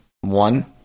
one